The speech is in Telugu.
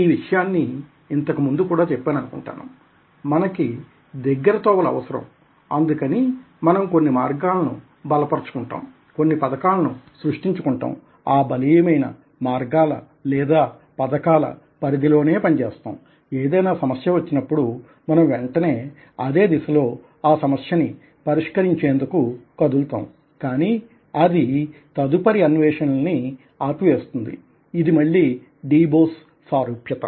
ఈ విషయాన్ని ఇంతకుముందు కూడా చెప్పాను అనుకుంటాను మనకి దగ్గరి తోవలు అవసరం అందుకని మనం కొన్ని మార్గాలను బలపరచుకుంటాం కొన్ని పథకాలని సృష్టించు కుంటాం ఆ బలీయమైన మార్గాల లేదా పధకాల పరిధిలోనే పని చేస్తాం ఏదైనా సమస్య వచ్చినప్పుడు మనం వెంటనే అదే దిశలో ఆ సమస్యని పరిష్కరించేందుకు కదులుతాం కానీ అది ఇది తదుపరి అన్వేషణ లని ఆపివేస్తుంది ఇది మళ్లీ de Bono's De Bonos analogy సారూప్యత